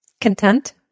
Content